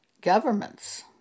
Governments